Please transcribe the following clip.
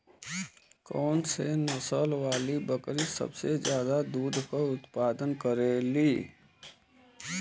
कौन से नसल वाली बकरी सबसे ज्यादा दूध क उतपादन करेली?